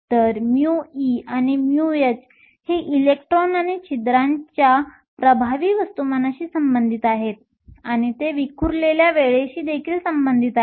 तर μe आणि μh हे इलेक्ट्रॉन आणि छिद्रांच्या प्रभावी वस्तुमानाशी संबंधित आहेत आणि ते विखुरलेल्या वेळेशी देखील संबंधित आहेत